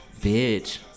bitch